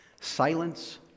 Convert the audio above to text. silence